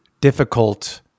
difficult